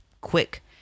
quick